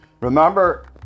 Remember